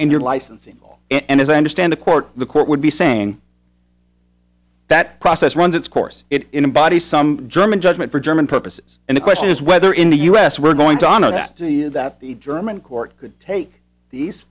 and you're licensing and as i understand the court the court would be saying that process runs its course it embody some german judgment for german purposes and the question is whether in the u s we're going to honor that duty that the german court could take these